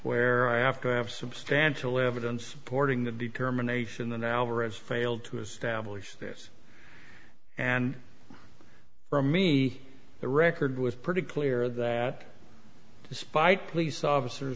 where i after i have substantial evidence supporting that determination than ours failed to establish this and for me the record was pretty clear that despite police officers